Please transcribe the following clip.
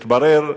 התברר,